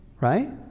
right